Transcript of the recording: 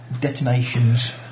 detonations